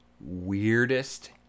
weirdest